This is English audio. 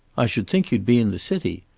i should think you'd be in the city.